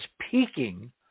peaking